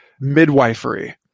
midwifery